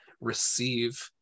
receive